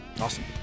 Awesome